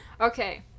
Okay